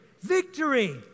Victory